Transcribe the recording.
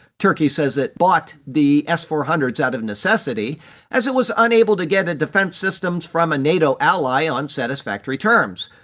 turkey says it bought the s four hundred s out of necessity as it was unable to get defence systems from a nato ally on satisfactory terms.